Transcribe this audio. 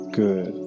good